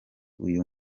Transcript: uyu